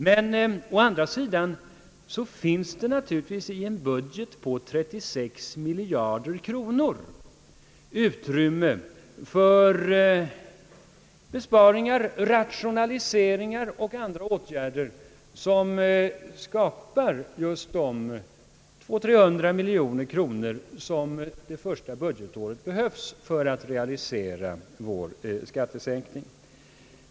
Men å andra sidan finns det naturligtvis i en budget på 36 miljarder kronor utrymme för besparingar, rationaliseringar och andra åtgärder som skapar just de 200 å 300 miljoner kronor som behövs under det första budgetåret för att realisera vår skattesänkning.